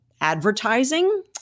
advertising